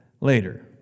later